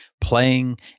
playing